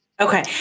Okay